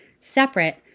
separate